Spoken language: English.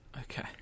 Okay